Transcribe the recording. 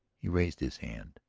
he raised his hand.